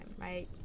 right